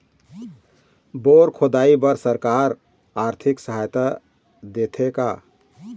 Bore खोदाई बर सरकार आरथिक सहायता देथे का?